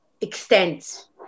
extends